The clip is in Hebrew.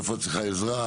איפה את צריכה עזרה?